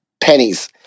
pennies